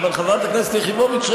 חברת הכנסת יחימוביץ,